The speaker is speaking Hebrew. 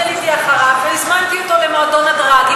ואני עליתי אחריו והזמנתי אותו למועדון הדראג.